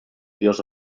dios